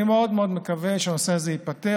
אני מאוד מאוד מקווה שהנושא הזה ייפתר.